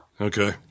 Okay